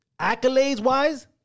Accolades-wise